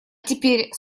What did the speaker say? теперь